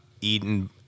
eaten